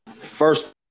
first